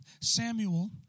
Samuel